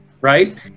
right